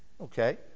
Okay